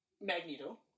Magneto